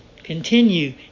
Continue